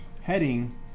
heading